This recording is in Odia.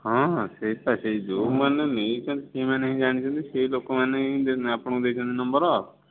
ହଁ ହଁ ସେହିଟା ସେହି ଯେଉଁମାନେ ନେଇଛନ୍ତି ସେମାନେ ହିଁ ଜାଣିଛନ୍ତି ସେହି ଲୋକମାନେ ହିଁ ଆପଣଙ୍କୁ ଦେଇଛନ୍ତି ନମ୍ବର